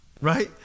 right